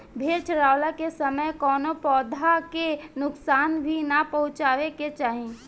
भेड़ चरावला के समय कवनो पौधा के नुकसान भी ना पहुँचावे के चाही